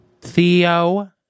Theo